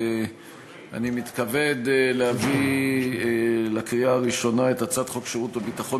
אני מתכבד להביא לקריאה הראשונה את הצעת חוק שירות הביטחון